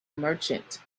merchant